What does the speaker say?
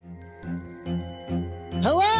Hello